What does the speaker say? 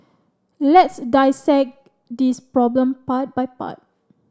let's dissect this problem part by part